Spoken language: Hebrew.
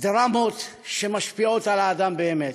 דרמות שמשפיעות על האדם באמת.